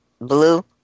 Blue